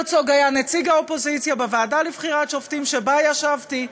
הרצוג היה נציג האופוזיציה בוועדה לבחירת שופטים שבה ישבתי,